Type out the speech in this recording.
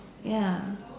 ya